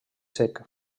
sec